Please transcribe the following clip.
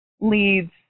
leads